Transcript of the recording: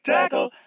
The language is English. Tackle